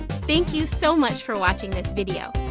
thank you so much for watching this video.